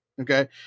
okay